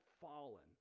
fallen